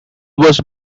was